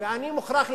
ואני מוכרח להגיד,